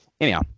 Anyhow